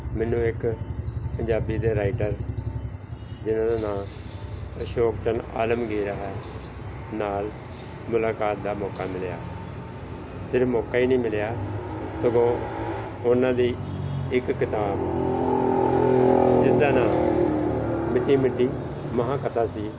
ਮੈਨੂੰ ਇੱਕ ਪੰਜਾਬੀ ਦੇ ਰਾਈਟਰ ਜਿਨ੍ਹਾਂ ਦਾ ਨਾਂ ਅਸ਼ੋਕ ਚੰਨ ਆਲਮਗੀਰ ਹੈ ਨਾਲ ਮੁਲਾਕਾਤ ਦਾ ਮੌਕਾ ਮਿਲਿਆ ਸਿਰਫ ਮੌਕਾ ਹੀ ਨਹੀਂ ਮਿਲਿਆ ਸਗੋਂ ਉਹਨਾਂ ਦੀ ਇੱਕ ਕਿਤਾਬ ਜਿਸਦਾ ਨਾਂ ਮਿੱਟੀ ਮਿੱਟੀ ਮਹਾਂ ਕਥਾ ਸੀ